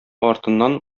артыннан